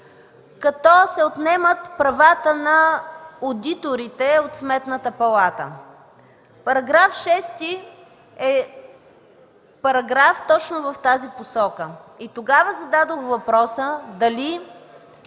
като се отнемат правата на одиторите от Сметната палата. Параграф 6 е точно в тази посока. Тогава зададох въпроса дали